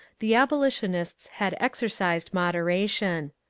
the abolitionists had exercised moderation.